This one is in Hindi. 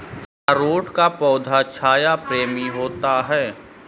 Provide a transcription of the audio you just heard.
अरारोट का पौधा छाया प्रेमी होता है